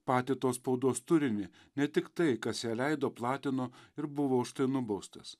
patį tos spaudos turinį ne tiktai kas ją leido platino ir buvo už tai nubaustas